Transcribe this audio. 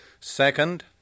second